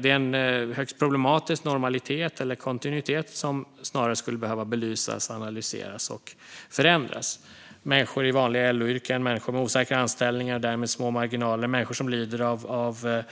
Det är en högst problematisk normalitet eller kontinuitet som skulle behöva belysas, analyseras och förändras. Människor i vanliga LO-yrken, människor med osäkra anställningar och därmed små marginaler och människor som lider av